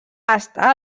està